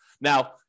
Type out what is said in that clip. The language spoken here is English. Now